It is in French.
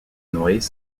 noyers